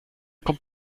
kommt